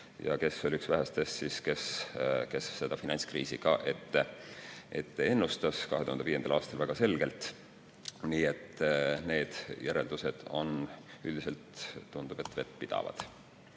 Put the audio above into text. Tema oli üks vähestest, kes seda finantskriisi ka ennustas 2005. aastal väga selgelt. Nii et need järeldused on üldiselt, nagu tundub, vettpidavad.